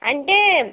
అంటే